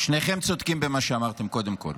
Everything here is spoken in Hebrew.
שניכם צודקים במה שאמרתם, קודם כול,